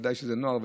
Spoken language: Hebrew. ודאי לנוער ולילדים,